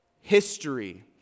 history